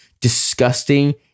disgusting